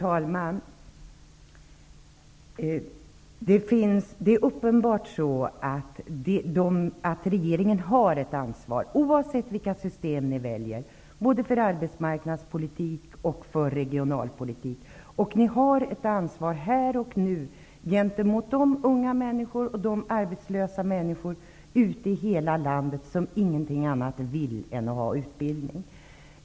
Fru talman! Det är uppenbart att regeringen har ett ansvar, oavsett vilka system ni väljer, både för arbetsmarknadspolitik och för regionalpolitik. Ni har ett ansvar här och nu gentemot de unga människor och de arbetslösa ute i hela landet som ingenting annat vill ha än utbildning.